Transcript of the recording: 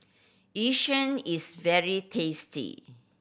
Yu Sheng is very tasty